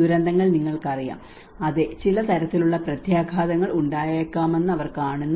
ദുരന്തങ്ങൾ നിങ്ങൾക്കറിയാം അതെ ചില തരത്തിലുള്ള പ്രത്യാഘാതങ്ങൾ ഉണ്ടായേക്കാമെന്ന് അവർ കാണുന്നു